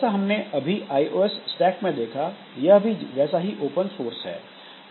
जैसा हमने अभी आईओएस स्टैक में देखा यह भी वैसा ही ओपन सोर्स है